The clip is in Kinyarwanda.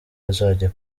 azajya